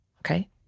okay